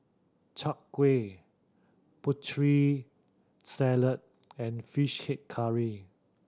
Chai Kueh Putri Salad and Fish Head Curry